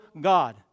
God